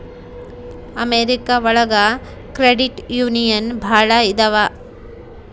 America ಒಳಗ credit union ಭಾಳ ಇದಾವ